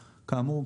כאמור,